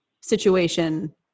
situation